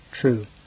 true